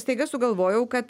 staiga sugalvojau kad